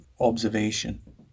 observation